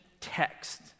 text